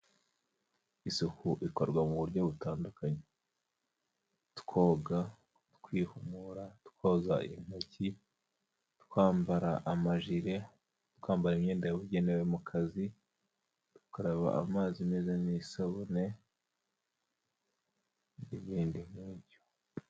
Isuku ikorwa mu buryo butandukanye, twoga, twihumura, twoza intoki, twambara amajire, twambara imyenda yabugenewe mu kazi, dukaraba amazi meza n'isabune n'ibindi nk'ibyo.